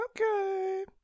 Okay